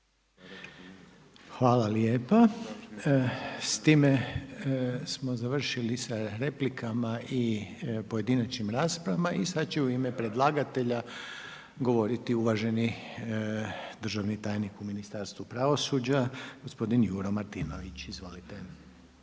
Hvala lijepa. S time smo završili sa replikama i pojedinačnim raspravama. I sada će u ime predlagatelja govoriti uvaženi državni tajnik u Ministarstvu pravosuđa gospodin Juro Martinović. Izvolite.